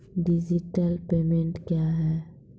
Digital payment क्या हैं?